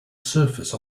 surface